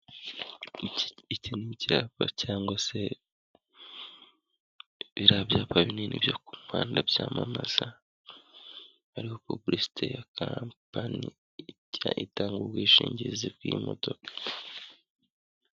Iki ni icyapa cyangwa se biriya byapa binini byo kuhanda byamamaza, hariho puburisite ya kapani ijya itanga ubwishingizi bw'imodoka.